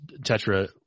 Tetra